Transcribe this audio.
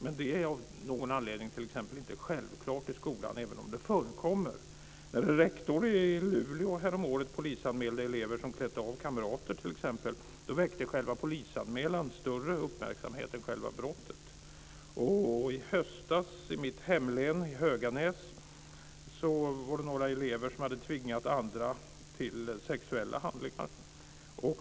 Men av någon anledning är detta t.ex. inte självklart i skolan, även om det förekommer. När en rektor i Luleå häromåret polisanmälde elever som klätt av kamrater t.ex. så väckte själva polisanmälan större uppmärksamhet än själva brottet. I höstas hade några elever i mitt hemlän Höganäs tvingat andra till sexuella handlingar.